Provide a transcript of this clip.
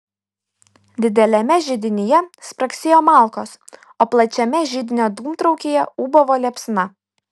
dideliame židinyje spragsėjo malkos o plačiame židinio dūmtraukyje ūbavo liepsna